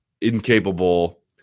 incapable